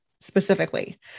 specifically